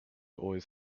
always